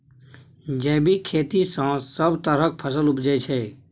जैबिक खेती सँ सब तरहक फसल उपजै छै